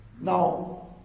Now